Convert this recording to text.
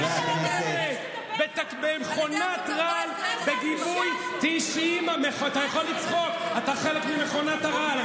הינה מכונת הרעל, הינה היא מכונת הרעל,